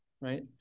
Right